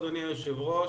אדוני היושב ראש,